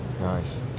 Nice